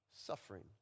suffering